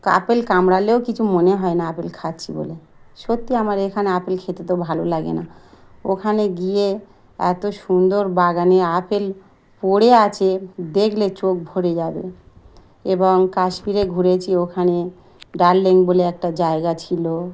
apple কামড়ালেও কিছু মনে হয় না আপেল খাচ্ছি বলে সত্যি আমার এখানে আপেল খেতে তো ভালো লাগে না ওখানে গিয়ে এত সুন্দর বাগানে আপেল পড়ে আছে দেখলে চোখ ভরে যাবে এবং কাশ্মীরে ঘুরেছি ওখানে ডাল লেক বলে একটা জায়গা ছিল